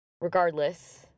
regardless